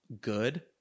good